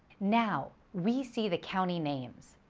now, we see the county names.